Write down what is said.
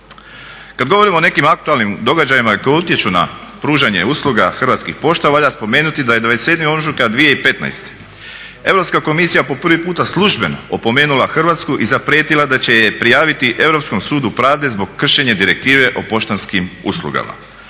Kada govorimo o nekim aktualnim događajima koji utječu na pružanje usluga Hrvatskih pošta valja spomenuti da je 27.ožujka 2015. Europska komisija po prvi puta službeno opomenula Hrvatsku i zaprijetila da će je prijaviti Europskom sudu pravde zbog kršenja Direktive o poštanskim uslugama.